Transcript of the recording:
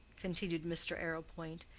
continued mr. arrowpoint.